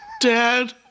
Dad